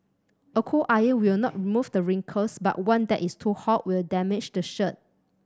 a cool iron will not remove the wrinkles but one that is too hot will damage the shirt